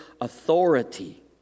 authority